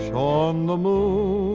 on the moon